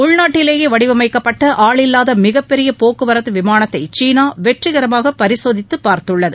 உள்நாட்டிலேயே வடிவமைக்கப்பட்ட ஆளில்லாத மிகப்பெரிய போக்குவரத்து விமானத்தை சீனா வெற்றிகரமாக பரிசோதித்து பார்த்துள்ளது